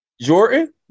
Jordan